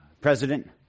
president